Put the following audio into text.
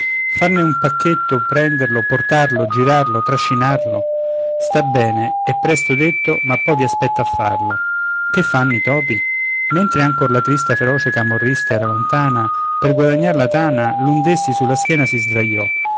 farne un pacchetto prenderlo portarlo girarlo trascinarlo sta bene è presto detto ma poi vi aspetto a farlo che fanno i topi mentre ancor la trista feroce camorrista era lontana per guadagnar la tana l'un d'essi sulla schiena si sdraiò